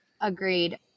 Agreed